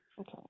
Okay